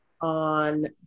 on